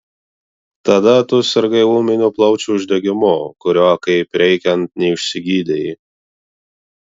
tada tu sirgai ūminiu plaučių uždegimu kurio kaip reikiant neišsigydei